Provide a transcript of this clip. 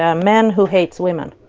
um men who hate women